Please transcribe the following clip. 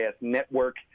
Network